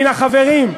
מן החברים.